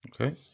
Okay